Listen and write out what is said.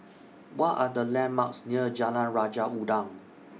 What Are The landmarks near Jalan Raja Udang